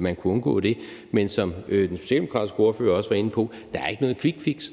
man kunne undgå det, men som den socialdemokratiske ordfører også var inde på, er der ikke noget quickfix.